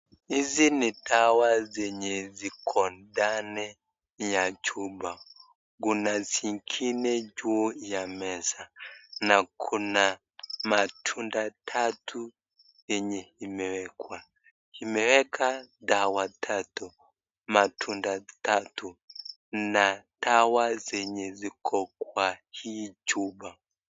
Hizi ni dawa zenye ziko ndani ya chupa. Kuna zingine juu ya meza na kuna matunda tatu yenye imewekwa. Imeweka dawa tatu, matunda tatu na dawa zenye ziko kwa hii chupa.